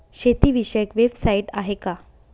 शेतीविषयक वेबसाइट आहे का?